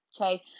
Okay